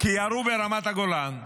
כי ירו על רמת הגולן,